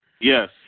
Yes